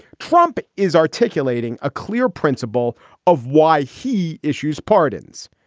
trump is articulating a clear principle of why he issues pardons.